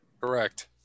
Correct